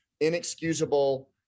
inexcusable